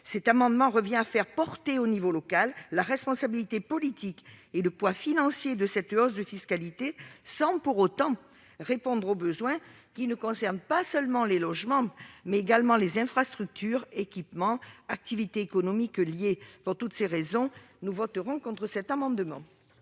termes, cela revient à faire porter à l'échelon local la responsabilité politique et le poids financier de cette hausse de fiscalité sans pour autant répondre aux besoins qui concernent non seulement les logements, mais également les infrastructures, équipements et activités économiques liées. Pour toutes ces raisons, nous voterons contre cet amendement.